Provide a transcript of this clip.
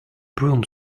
broom